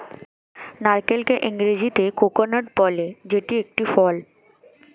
নারকেলকে ইংরেজিতে কোকোনাট বলে যেটি একটি ফল